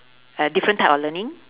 uh different type of learning